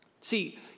See